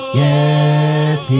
yes